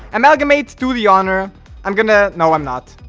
amalgamates do the honor i'm gonna. no. i'm not